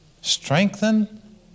strengthen